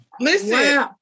Listen